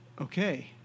Okay